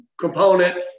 component